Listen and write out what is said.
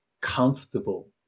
comfortable